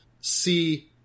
see